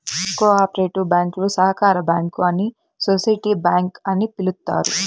co operative బ్యాంకులు సహకార bank అని సోసిటీ బ్యాంక్ అని పిలుత్తారు